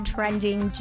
Trending